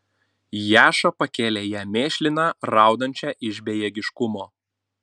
jaša pakėlė ją mėšliną raudančią iš bejėgiškumo